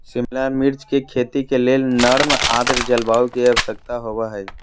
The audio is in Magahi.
शिमला मिर्च के खेती के लेल नर्म आद्र जलवायु के आवश्यकता होव हई